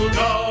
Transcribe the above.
go